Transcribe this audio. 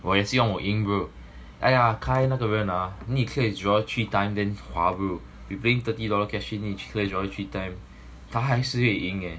我也希望我赢 bro !aiya! kyle 那个人 ah need clear his drawer three time then 划 bro we bring thirty dollar cash in each clear drawer three time 他还是会赢 leh